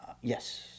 Yes